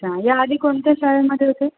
अच्छा या आधी कोणत्या शाळेमध्येे होते